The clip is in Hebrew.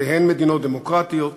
שתיהן מדינות דמוקרטיות,